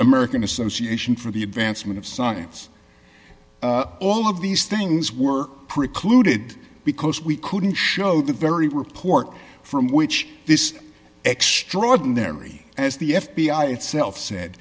american association for the advancement of science all of these things work precluded because we couldn't show the very report from which this extraordinary as the f b i itself said